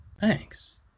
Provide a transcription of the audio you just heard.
thanks